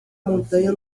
montanha